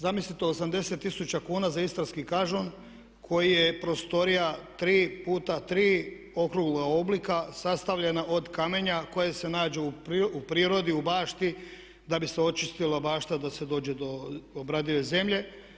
Zamislite 80 tisuća kuna za istarski kažun koji je prostorija 3x3 okruglog oblika sastavljena od kamenja koje se nađu u prirodi u bašti da bi se očistila bašta da se dođe do obradive zemlje.